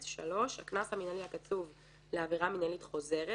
--- קנס מינהלי קצוב הקנס המינהלי הקצוב לעבירה מינהלית חוזרת